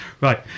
Right